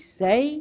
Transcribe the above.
say